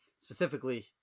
specifically